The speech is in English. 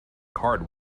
card